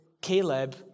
Caleb